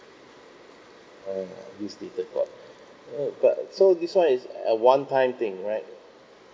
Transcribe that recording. err use data cloud uh but so this one is a one time thing right